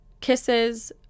kisses